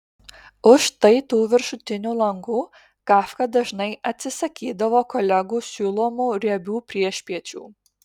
už štai tų viršutinių langų kafka dažnai atsisakydavo kolegų siūlomų riebių priešpiečių